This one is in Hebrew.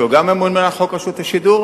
שגם היה ממונה על חוק רשות השידור,